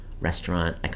restaurant